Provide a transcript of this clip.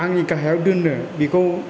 आंनि गाहायाव दोननो बेखौ